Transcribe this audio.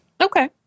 Okay